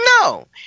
No